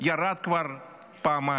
ירד כבר פעמיים.